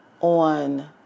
on